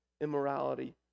immorality